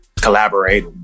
collaborate